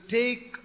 take